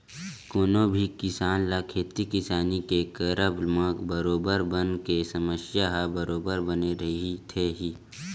कोनो भी किसान ल खेती किसानी के करब म बरोबर बन के समस्या ह बरोबर बने रहिथे ही